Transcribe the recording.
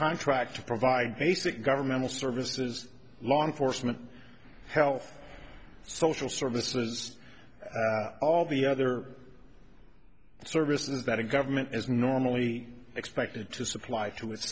contract to provide basic governmental services law enforcement health social services all the other services that a government is normally expected to supply to it